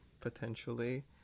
potentially